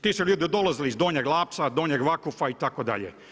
Ti su ljudi dolazili iz Donjeg Lapca, Donjeg Vakufa itd.